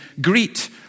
Greet